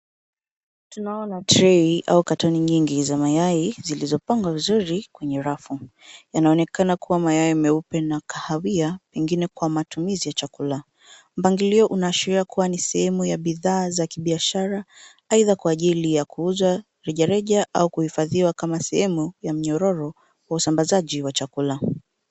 Tunaona trei au katoni nyingi za mayai zilizopangwa vizuri kwenye rafu. Yanaonekana kuwa mayai meupe na kahawia pengine kwa matumizi ya chakula. Mpangilio unaashiria kuwa ni sehemu ya bidhaa za kibiashara aidha kwa ajili ya kuuzwa reja reja au kuhifadhiwa kama sehemu ya mnyororo wa usambazaji wa chakula.